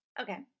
Okay